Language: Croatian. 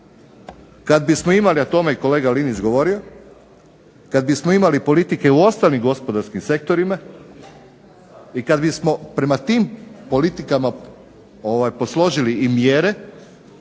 Kad bismo imali, a o tome je kolega Linić govorio, kad bismo imali politike u ostalim gospodarskim sektorima i kad bismo prema tim politikama posložili i mjere